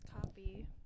copy